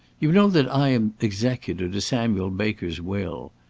you know that i am executor to samuel baker's will.